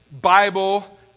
Bible